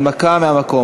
הנמקה מהמקום.